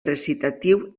recitatiu